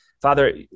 Father